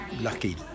lucky